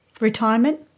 Retirement